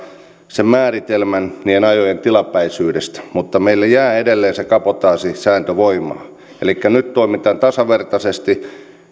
sen määritelmän niiden ajojen tilapäisyydestä mutta meille jää edelleen se kabotaasisääntö voimaan elikkä nyt toimitaan tasavertaisesti